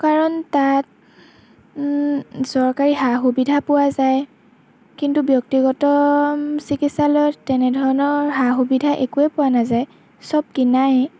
কাৰণ তাত চৰকাৰী সা সুবিধা পোৱা যায় কিন্তু ব্যক্তিগত চিকিৎসালয়ত তেনেধৰণৰ সা সুবিধা একোৱেই পোৱা নাযায় চব কিনায়েই